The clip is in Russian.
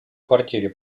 квартире